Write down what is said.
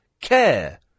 care